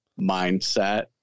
mindset